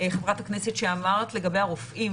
חברת הכנסת, למה שאמרת לגבי הרופאים.